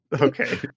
Okay